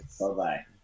Bye-bye